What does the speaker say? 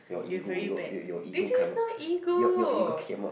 you are very bad this is not ego